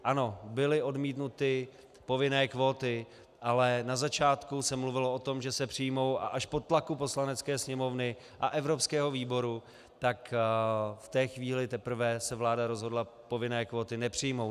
Ano, byly odmítnuty povinné kvóty, ale na začátku se mluvilo o tom, že se přijmou, a až po tlaku Poslanecké sněmovny a evropského výboru, tak v té chvíli se teprve vláda rozhodla povinné kvóty nepřijmout.